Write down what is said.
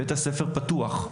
בית הספר פתוח.